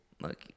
Look